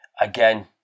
again